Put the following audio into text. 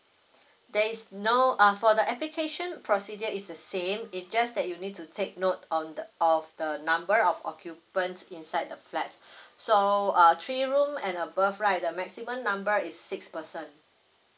there is no err for the application procedure is the same it just that you need to take note of the uh of the number of occupants inside the flat so a three room and above right the maximum number is six person